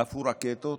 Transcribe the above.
עפו רקטות,